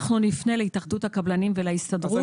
אנחנו נפנה להתאחדות הקבלנים ולהסתדרות